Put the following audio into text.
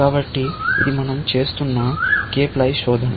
కాబట్టి ఇది మనం చేస్తున్న కేప్ లై శోధన